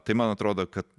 tai man atrodo kad